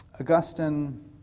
Augustine